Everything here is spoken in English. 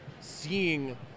seeing